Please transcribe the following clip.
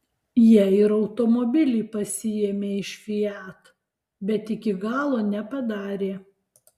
jie ir automobilį pasiėmė iš fiat bet iki galo nepadarė